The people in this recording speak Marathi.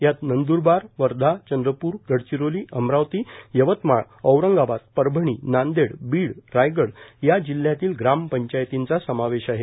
यात नंद्रबारए वर्धाए चंद्रपूरए गडचिरोलीए अमरावतीए यवतमाळए औरंगाबादए परभणीए नांदेडर बीडर रायगड जिल्ह्यातील ग्रामपंचायतींचा समावेश आहे